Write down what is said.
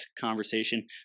conversation